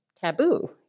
taboo